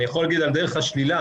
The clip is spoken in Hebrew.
אני יכול להגיד על דרך השלילה